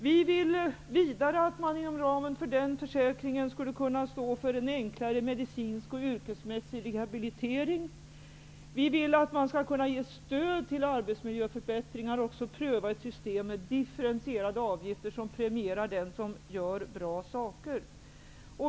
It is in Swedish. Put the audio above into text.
Vi vill vidare att man inom ramen för den försäkringen skulle kunna stå för en enklare medicinsk och yrkesmässig rehabilitering. Vi vill att man skall kunna ge stöd till arbetsmiljöförbättringar och pröva ett stöd med differentierade avgifter som premierar den som gör bra saker.